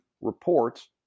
reports